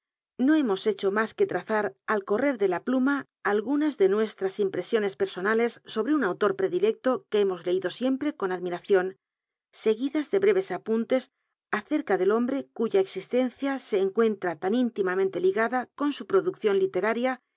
no hemos hecho mas c que hemos leido pluma algunas de nuestras impresiones personales sobre un autor predilecto cxislencia se siempre con admiracion seguid as de breves apuntes acerca del hombr e cuya s ocasiones encuentra tan íntimamente ligada con su procluccion literaria